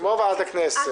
כמו ועדת הכנסת.